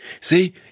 See